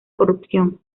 corrupción